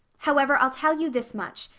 however, i'll tell you this much.